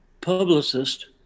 publicist